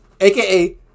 AKA